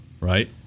Right